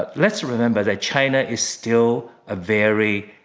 but let's remember that china is still a very,